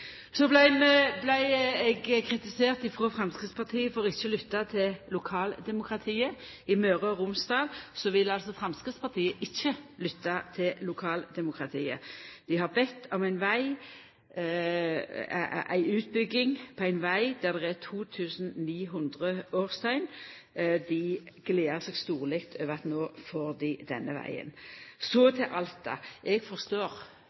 Så vart eg kritisert av Framstegspartiet for ikkje å lytta til lokaldemokratiet. I Møre og Romsdal vil altså Framstegspartiet ikkje lytta til lokaldemokratiet. Dei har bede om ei utbygging av ein veg der det er årsdøgntrafikk på 2900. Dei gler seg storleg over at dei no får denne vegen. Så til Alta. Eg forstår